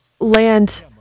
land